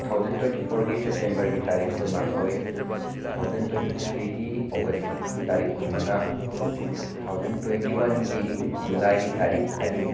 two thousand twenty ꯐꯣꯔꯒꯤ ꯁꯦꯞꯇꯦꯝꯕꯔꯒꯤ ꯇꯥꯔꯤꯛ ꯀꯨꯟꯃꯥꯊꯣꯏ ꯇꯨ ꯊꯥꯎꯖꯟ ꯇ꯭ꯋꯦꯟꯇꯤ ꯊ꯭ꯔꯤꯒꯤ ꯑꯣꯒꯁꯀꯤ ꯇꯥꯔꯤꯛ ꯀꯨꯟ ꯃꯉꯥ ꯇꯨ ꯊꯥꯎꯖꯟ ꯇ꯭ꯋꯦꯟꯇꯤ ꯋꯥꯟꯒꯤ ꯖꯨꯂꯥꯏꯒꯤ ꯇꯥꯔꯤꯛ ꯑꯅꯤ